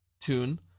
tune